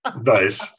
nice